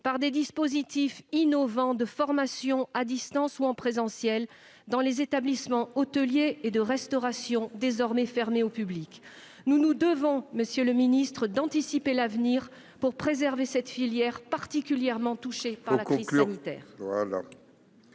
par des dispositifs innovants de formation à distance ou en présentiel, dans les établissements hôteliers et de restauration désormais fermés au public ? Monsieur le ministre, nous nous devons d'anticiper l'avenir pour préserver cette filière particulièrement touchée par la crise sanitaire.